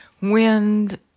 wind